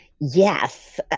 Yes